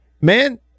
man